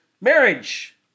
Marriage